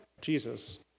Jesus